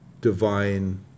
divine